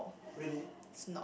really